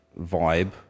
vibe